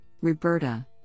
Roberta